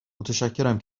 متشکرم